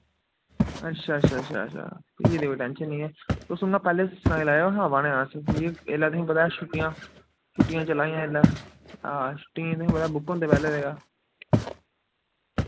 अच्छा अच्छा अच्छा अच्छाा फ्ही ते कोई टैंशन नि ऐ तुस उ'यां पैह्ले सनाई लैएओ नि अस आवा ने अस कि इल्लै तुसें पता छुट्टियां छुट्टियां चला दियां इसलै हां छुट्टियें तुसें पता बुक होंदे पैह्ले जगह